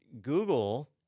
Google